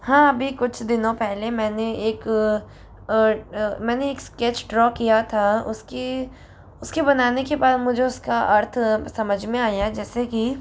हाँ अभी कुछ दिनों पहले मैंने एक मैंने एक स्केच ड्रॉ किया था उसकी उसके बनाने के बाद मुझे उसका अर्थ समझ में आया जैसे कि